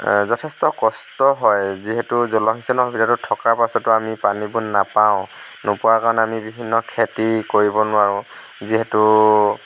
যথেষ্ট কষ্ট হয় যিহেতু জলসিঞ্চনৰ সুবিধাটো থকাৰ পিছতো আমি পানীবোৰ নাপাওঁ নোপোৱাৰ কাৰণে আমি বিভিন্ন খেতি কৰিব নোৱাৰোঁ যিহেতু